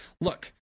look